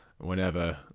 whenever